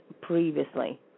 previously